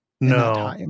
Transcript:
No